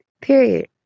period